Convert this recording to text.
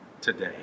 today